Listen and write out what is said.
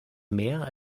mehr